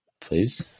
Please